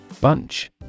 Bunch